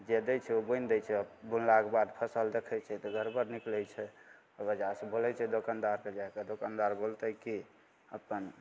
जे दै छै ओ बुनि दै छै ओ बुनलाके बाद फसिल देखै छै तऽ गड़बड़ निकलै छै ओहि वजहसे बोलै छै दोकानदारके जाके दोकानदार बोलतै कि अपन